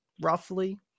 roughly